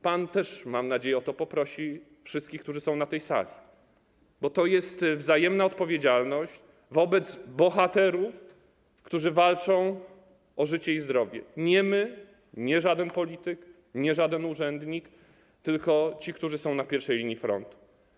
Pan też, mam nadzieję, o to poprosi wszystkich, którzy są na tej sali, bo to jest wzajemna odpowiedzialność, odpowiedzialność wobec bohaterów, którzy walczą o życie i zdrowie - nie my, nie żaden polityk, nie żaden urzędnik, tylko ci, którzy są na pierwszej linii frontu.